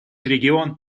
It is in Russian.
регион